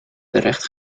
terecht